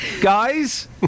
guys